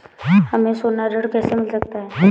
हमें सोना ऋण कैसे मिल सकता है?